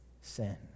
sin